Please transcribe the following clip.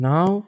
Now